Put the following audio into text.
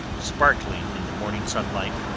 sparkling in the morning sunlight,